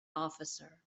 officer